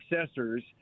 successors